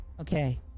Okay